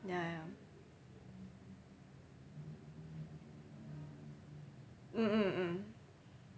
ya ya mmhmm mm